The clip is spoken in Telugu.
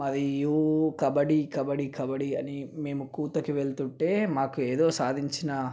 మరియు కబడ్డీ కబడ్డీ కబడ్డీ అని మేము కూతకి వెళుతుంటే మాకు ఏదో సాధించిన